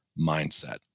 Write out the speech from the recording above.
Mindset